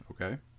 Okay